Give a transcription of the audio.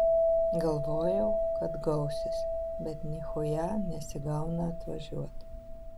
galvojau kad gausis bet nichuja nesigauna atvažiuot